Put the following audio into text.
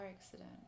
accident